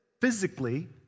physically